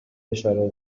اشاره